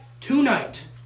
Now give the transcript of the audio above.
tonight